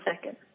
second